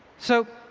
so,